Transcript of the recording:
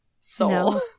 soul